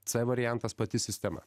c variantas pati sistema